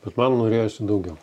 bet man norėjosi daugiau